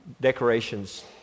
decorations